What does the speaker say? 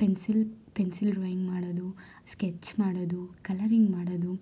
pencil pencil drawing ಮಾಡೋದು sketch ಮಾಡೋದು colouring ಮಾಡೋದು